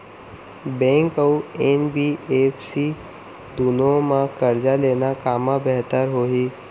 Bank अऊ NBFC दूनो मा करजा लेना कामा बेहतर होही?